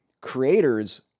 creators